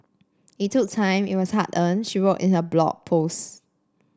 it took time it was hard earned she wrote in her Blog Post